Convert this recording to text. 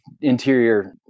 interior